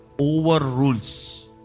overrules